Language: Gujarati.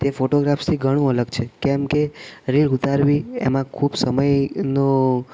તે ફોટોગ્રાફ્સથી ઘણું અલગ છે કેમ કે રિલ ઉતારવી એમાં ખૂબ સમયનો